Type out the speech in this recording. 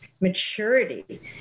maturity